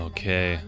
Okay